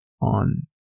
on